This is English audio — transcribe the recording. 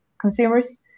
consumers